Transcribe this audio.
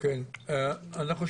אדוני היושב-ראש,